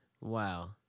Wow